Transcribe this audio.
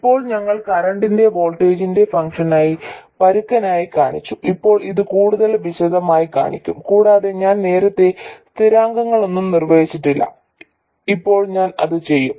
ഇപ്പോൾ ഞാൻ കറന്റിനെ വോൾട്ടേജിന്റെ ഫംഗ്ഷനായി പരുക്കനായി കാണിച്ചു ഇപ്പോൾ ഞാൻ അത് കൂടുതൽ വിശദമായി കാണിക്കും കൂടാതെ ഞാൻ നേരത്തെ സ്ഥിരാങ്കങ്ങളൊന്നും നിർവചിച്ചിട്ടില്ല ഇപ്പോൾ ഞാൻ അത് ചെയ്യും